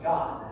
God